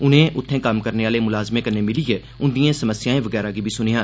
उनें उत्थें कम्म करने आह्ले मुलाजमें कन्नै मिलियै उंदिएं समस्याएं वगैरा गी बी सुनेआ